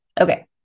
Okay